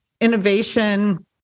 innovation